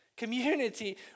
community